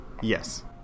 Yes